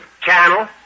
channel